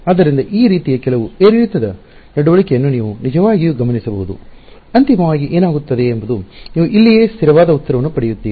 ಆದ್ದರಿಂದ ಈ ರೀತಿಯ ಕೆಲವು ಏರಿಳಿತದ ನಡವಳಿಕೆಯನ್ನು ನೀವು ನಿಜವಾಗಿಯೂ ಗಮನಿಸಬಹುದು ಅಂತಿಮವಾಗಿ ಏನಾಗುತ್ತದೆ ಎಂಬುದು ನೀವು ಇಲ್ಲಿಯೇ ಸ್ಥಿರವಾದ ಉತ್ತರವನ್ನು ಪಡೆಯುತ್ತೀರಿ